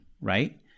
right